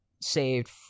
saved